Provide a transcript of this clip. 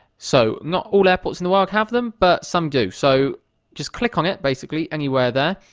so not all airports in the world have them but some do so just click on it basically anywhere there.